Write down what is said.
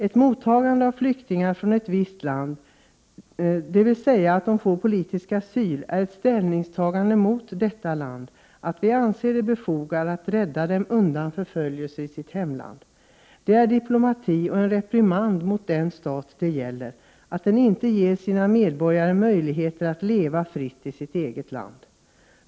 Ett mottagande av flyktingar från ett visst land, dvs. att vi ger dem politisk asyl, är ett ställningstagande mot deras hemland. Vi anser det således befogat att rädda dem undan förföljelser där. Det är diplomati och en reprimand mot den stat det gäller för att den inte ger sina medborgare möjligheter att leva fritt i det egna landet.